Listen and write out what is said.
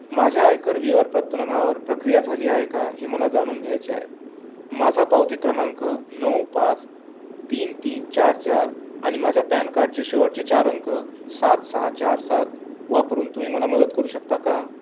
माझ्या आयकर विवरणपत्रावर प्रक्रिया झाली आहे का हे मला जाणून घ्यायचे आहे माझा पावती क्रमांक नऊ पाच तीन तीन चार चार आणि माझ्या पॅन कार्डचे शेवटचे चार अंक सात सहा चार सात वापरून तुम्ही मला मदत करू शकता का